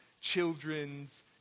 children's